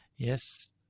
Yes